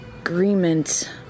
agreement